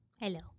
hello